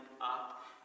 up